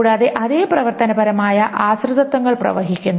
കൂടാതെ അതേ പ്രവർത്തനപരമായ ആശ്രിതത്വങ്ങൾ പ്രവഹിക്കുന്നു